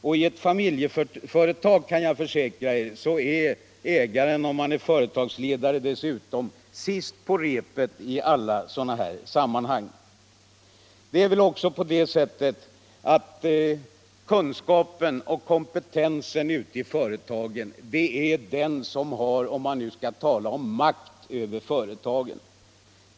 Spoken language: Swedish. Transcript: Och i ett familjeföretag — kan jag försäkra er — är ägaren, om han dessutom är företagsledare, sist på repet i alla de här sammanhangen. Det är också på det sättet att den som har kunskap och kompetens är den som har makt i företaget — om man nu skall tala om makt i sammanhanget.